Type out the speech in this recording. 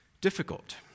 difficult